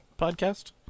podcast